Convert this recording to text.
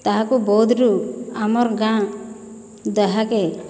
ତାହାକୁ ବଉଦରୁ ଆମର୍ ଗାଁ ଦହ୍ୟାକେ